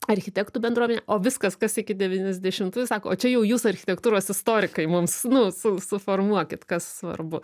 architektų bendruomene o viskas kas iki devyniasdešimtųjų sako čia jau jūs architektūros istorikai mums nu su suformuokit kas svarbu